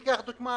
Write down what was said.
לדוגמה,